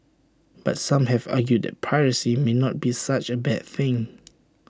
but some have argued that piracy may not be such A bad thing